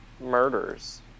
murders